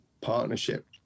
partnership